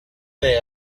say